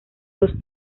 los